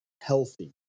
healthy